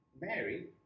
Mary